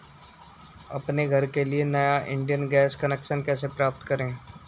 अपने घर के लिए नया इंडियन गैस कनेक्शन कैसे प्राप्त करें?